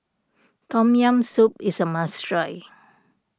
Tom Yam Soup is a must try